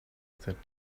that